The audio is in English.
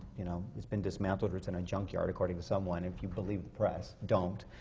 you know, it's been dismantled or it's in a junkyard, according to someone, if you believe the press. don't!